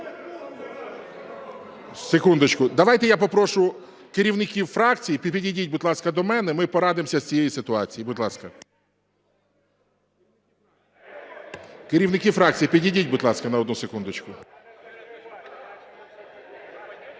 Секундочку. Давайте я попрошу керівників фракцій, підійдіть, будь ласка, до мене, ми порадимося з цієї ситуації. Будь ласка. Керівники фракцій, підійдіть, будь ласка, на одну секундочку.